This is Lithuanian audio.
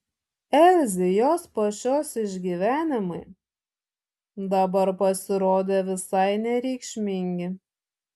elzei jos pačios išgyvenimai dabar pasirodė visai nereikšmingi